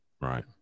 right